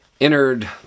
entered